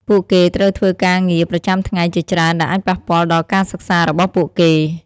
ពួកគេត្រូវធ្វើការងារប្រចាំថ្ងៃជាច្រើនដែលអាចប៉ះពាល់ដល់ការសិក្សារបស់ពួកគេ។